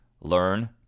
Learn